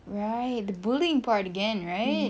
right the bullying part again right